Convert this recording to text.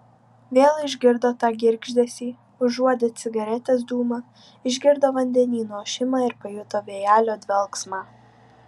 vėl išgirdo tą girgždesį užuodė cigaretės dūmą išgirdo vandenyno ošimą ir pajuto vėjelio dvelksmą